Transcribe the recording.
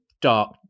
dark